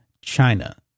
China